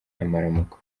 amaramuko